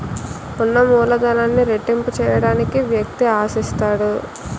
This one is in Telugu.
ఉన్న మూలధనాన్ని రెట్టింపు చేయడానికి వ్యక్తి ఆశిస్తాడు